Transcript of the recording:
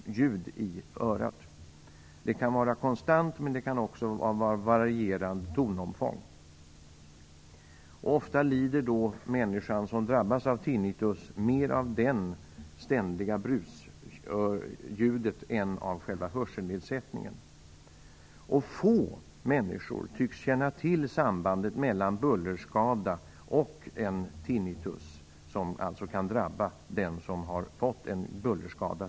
Ljudet kan vara konstant, men också ha varierande tonomfång. Ofta lider en människa som drabbats av tinnitus mer av detta ständiga brusljud än av själva hörselnedsättningen. Få människor tycks känna till sambandet mellan bullerskada och tinnitus, som alltså kan drabba den som i grunden fått en bullerskada.